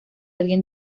alguien